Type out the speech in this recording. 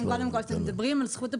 כשאתם מדברים על זכות הבחירה,